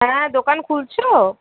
হ্যাঁ দোকান খুলছ